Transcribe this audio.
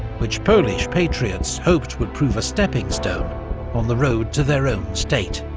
which polish patriots hoped would prove a stepping stone on the road to their own state.